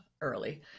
early